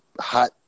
hot